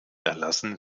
erlassen